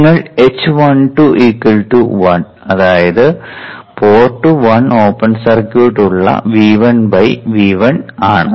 നിങ്ങൾ h121 അതായത് port 1 open circuit ഉള്ള V 1 V 2 ആണ്